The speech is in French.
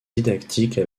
didactique